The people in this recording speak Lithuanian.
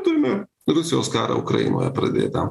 turime rusijos karą ukrainoje pradėtą